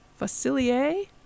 Facilier